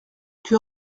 que